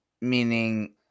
Meaning